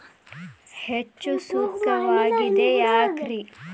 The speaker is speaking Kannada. ಹೆಚ್ಚು ಸೂಕ್ತವಾಗಿದೆ ಯಾಕ್ರಿ?